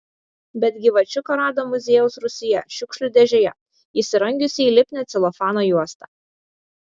bet gyvačiuką rado muziejaus rūsyje šiukšlių dėžėje įsirangiusį į lipnią celofano juostą